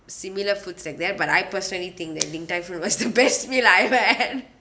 similar foods like that but I personally think that din tai fung was the best meal I ever had